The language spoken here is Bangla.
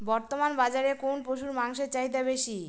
বর্তমান বাজারে কোন পশুর মাংসের চাহিদা বেশি?